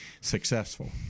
successful